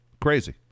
Crazy